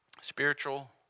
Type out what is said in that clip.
Spiritual